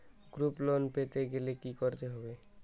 Group loan পেতে গেলে কি করতে হবে?